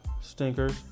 stinkers